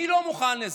אני לא מוכן לזה.